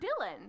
Dylan